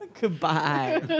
Goodbye